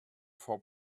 for